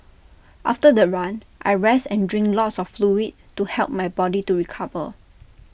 after the run I rest and drink lots of fluid to help my body to recover